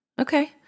Okay